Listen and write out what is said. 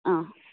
অঁ